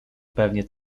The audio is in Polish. pewnie